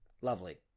Lovely